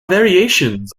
variations